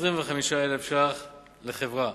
ו-25,000 ש"ח לחברה,